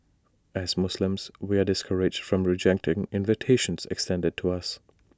as Muslims we are discouraged from rejecting invitations extended to us